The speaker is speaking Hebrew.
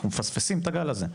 אנחנו מפספסים את הגל הזה,